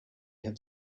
have